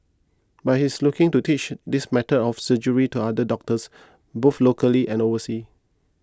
but he is looking to teach this method of surgery to other doctors both locally and overseas